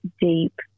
deep